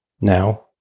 Now